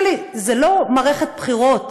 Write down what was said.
שלי, זאת לא מערכת בחירות